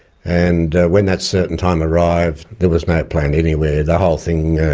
and when that certain time arrived, there was no plant anywhere. the whole thing